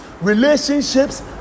relationships